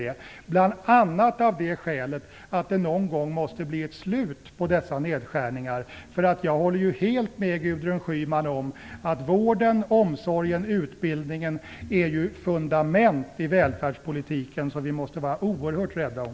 Det är viktigt bl.a. av det skälet att det någon gång måste bli ett slut på dessa nedskärningar - jag håller helt med Gudrun Schyman om att vården, omsorgen och utbildningen är fundament i välfärdspolitiken som vi måste vara oerhört rädda om.